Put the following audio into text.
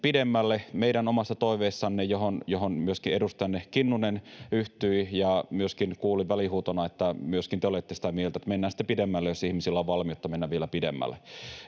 meidän omassa toiveessamme, johon myöskin edustajanne Kinnunen yhtyi ja myöskin kuulin välihuutona, että myöskin te olette sitä mieltä, että mennään sitten pidemmälle, jos ihmisillä on valmiutta mennä vielä pidemmälle.